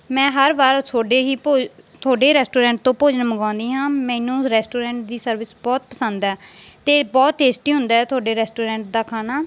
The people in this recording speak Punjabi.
ਮੈਂ ਹਰ ਵਾਰ ਤੁਹਾਡੇ ਹੀ ਭੋ ਤੁਹਾਡੇ ਰੈਸਟੋਰੈਂਟ ਤੋਂ ਭੋਜਨ ਮੰਗਵਾਉਂਦੀ ਹਾਂ ਮੈਨੂੰ ਰੈਸਟੋਰੈਂਟ ਦੀ ਸਰਵਿਸ ਬਹੁਤ ਪਸੰਦ ਹੈ ਅਤੇ ਬਹੁਤ ਟੇਸਟੀ ਹੁੰਦਾ ਤੁਹਾਡੇ ਰੈਸਟੋਰੈਂਟ ਦਾ ਖਾਣਾ